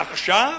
עכשיו?